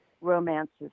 romances